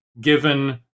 given